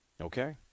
Okay